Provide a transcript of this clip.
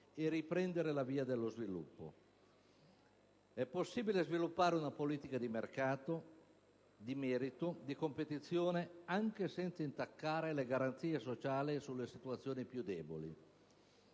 e riprendere la via dello sviluppo. È possibile sviluppare una politica di mercato, di merito e di competizione anche senza intaccare le garanzie sociali per le situazioni più deboli.